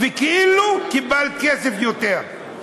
זה כאילו קיבלתְ כסף יותר.